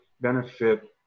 benefit